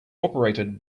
operated